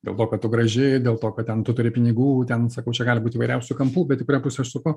dėl to kad tu graži dėl to kad ten tu turi pinigų ten sakau čia gali būt įvairiausių kampų bet į kurią pusę aš suku